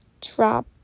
drop